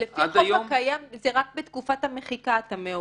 לפי החוק הקיים רק בתקופת המחיקה אתה מעורר,